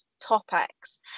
Topics